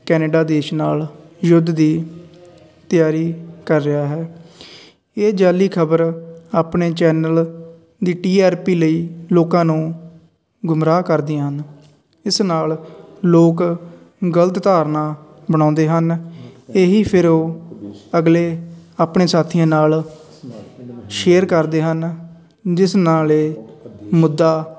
Canada ਦੇਸ਼ ਨਾਲ ਯੁੱਧ ਦੀ ਤਿਆਰੀ ਕਰ ਰਿਹਾ ਹੈ ਇਹ ਜਾਅਲੀ ਖ਼ਬਰ ਆਪਣੇ ਚੈਨਲ ਦੀ ਟੀ ਆਰ ਪੀ ਲਈ ਲੋਕਾਂ ਨੂੰ ਗੁਮਰਾਹ ਕਰਦੀਆਂ ਹਨ ਇਸ ਨਾਲ ਲੋਕ ਗਲਤ ਧਾਰਨਾ ਬਣਾਉਂਦੇ ਹਨ ਇਹ ਹੀ ਫਿਰ ਉਹ ਅਗਲੇ ਆਪਣੇ ਸਾਥੀਆਂ ਨਾਲ ਸ਼ੇਅਰ ਕਰਦੇ ਹਨ ਜਿਸ ਨਾਲ ਇਹ ਮੁੱਦਾ